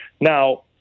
Now